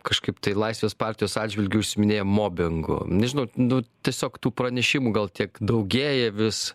kažkaip tai laisvės partijos atžvilgiu užsiminėja mobingu nežinau nu tiesiog tų pranešimų gal tiek daugėja vis